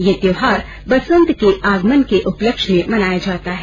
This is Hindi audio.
यह त्यौहार बसंत के आगमन के उपलक्ष्य में मनाया जाता है